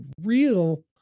real